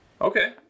Okay